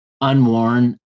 unworn